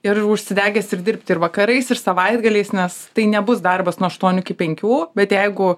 ir užsidegęs ir dirbti ir vakarais ir savaitgaliais nes tai nebus darbas nuo aštuonių iki penkių bet jeigu